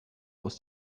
aus